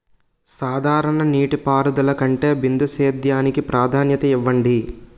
సాధారణ నీటిపారుదల కంటే బిందు సేద్యానికి ప్రాధాన్యత ఇవ్వండి